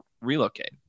relocate